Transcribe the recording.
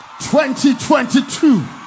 2022